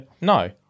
no